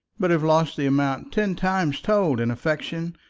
but have lost the amount ten times told in affection,